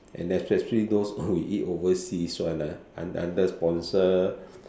and especially those we eat overseas one ah un~ under sponsor